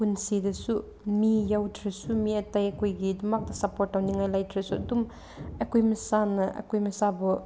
ꯄꯨꯟꯁꯤꯗꯁꯨ ꯃꯤ ꯌꯥꯎꯗ꯭ꯔꯁꯨ ꯃꯤ ꯑꯇꯩ ꯑꯩꯈꯣꯏꯒꯤꯗꯃꯛ ꯁꯄꯣꯔꯠ ꯇꯧꯅꯤꯡꯉꯥꯏ ꯂꯩꯇ꯭ꯔꯁꯨ ꯑꯗꯨꯝ ꯑꯩꯈꯣꯏ ꯃꯁꯥꯅ ꯑꯩꯈꯣꯏ ꯃꯁꯥꯕꯨ